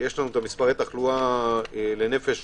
יש מספרי תחלואה לנפש